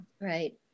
Right